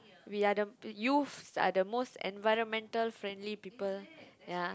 we are the youth are the most environmental friendly people ya